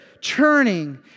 churning